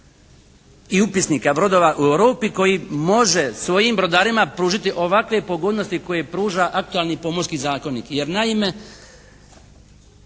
i upisnika brodova u Europi koji može svojim brodarima pružiti ovakve pogodnosti koje pruža aktualni Pomorski zakonik.